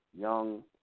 young